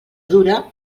dura